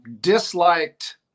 disliked